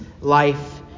life